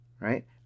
Right